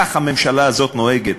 כך הממשלה הזאת נוהגת,